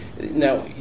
Now